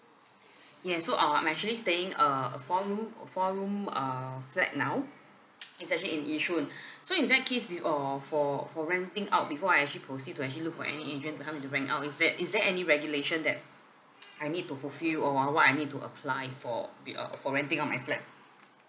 yes so err I'm actually staying uh a four room a four room uh flat now it's actually in yishun so in that case be~ uh for for renting out before I actually proceed to actually look for any agent to help me to rent out is that is there any regulation that I need to fulfill or what I need to apply for be~ uh for renting out my flat